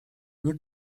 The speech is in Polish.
nie